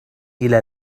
إلى